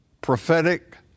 prophetic